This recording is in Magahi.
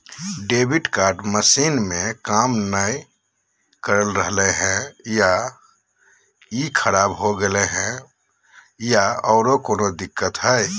डेबिट कार्ड मसीन में काम नाय कर रहले है, का ई खराब हो गेलै है बोया औरों कोनो दिक्कत है?